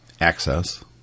access